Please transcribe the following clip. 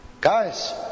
Guys